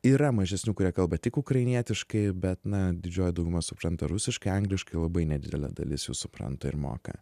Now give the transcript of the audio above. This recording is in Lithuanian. yra mažesnių kurie kalba tik ukrainietiškai bet na didžioji dauguma supranta rusiškai angliškai labai nedidelė dalis jų supranta ir moka